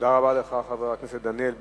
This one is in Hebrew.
תודה רבה לך, חבר הכנסת דניאל בן-סימון.